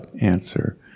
answer